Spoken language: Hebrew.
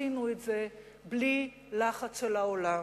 עשינו את זה בלי לחץ של העולם.